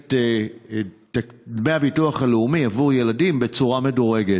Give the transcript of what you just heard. את דמי הביטוח הלאומי עבור ילדים בצורה מדורגת,